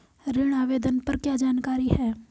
ऋण आवेदन पर क्या जानकारी है?